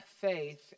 faith